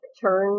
turn